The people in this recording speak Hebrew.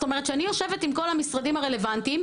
כלומר כשאני יושבת עם כל המשרדים הרלוונטיים,